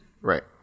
Right